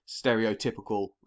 stereotypical